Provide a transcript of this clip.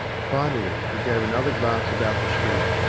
finally, he gave another glance about the street,